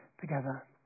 together